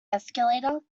escalator